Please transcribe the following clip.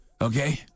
Okay